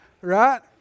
Right